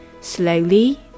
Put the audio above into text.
Slowly